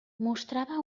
mostrava